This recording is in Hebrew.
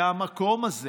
שהמקום הזה